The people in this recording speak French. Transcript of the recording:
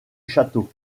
château